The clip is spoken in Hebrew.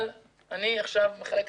אני מקווה,